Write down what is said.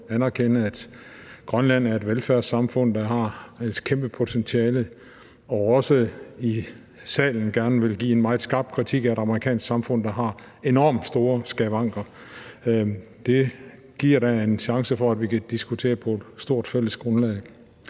at Grønland er et velfærdssamfund, der har et kæmpe potentiale, og også i salen gerne vil give en meget skarp kritik af et amerikansk samfund, der har enormt store skavanker. Det giver da en chance for, at vi kan diskutere på et bredt fælles grundlag.